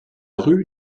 rue